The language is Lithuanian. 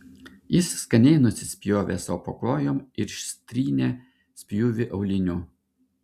jis skaniai nusispjovė sau po kojom ir ištrynė spjūvį auliniu